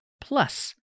plus